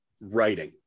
writing